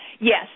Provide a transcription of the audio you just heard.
Yes